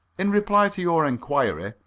in reply to your inquiry,